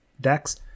decks